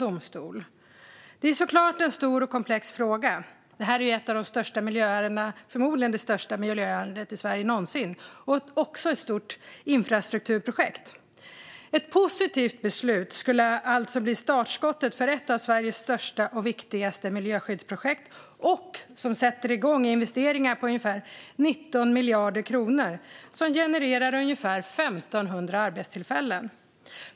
Detta är såklart en stor och komplex fråga. Det är ett av de största miljöärendena - förmodligen det största - i Sverige någonsin och ett stort infrastrukturprojekt. Ett positivt beslut skulle alltså bli startskottet för ett av Sveriges största och viktigaste miljöskyddsprojekt och sätta igång investeringar på ungefär 19 miljarder kronor, som genererar cirka 1 500 arbetstillfällen.